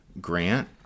Grant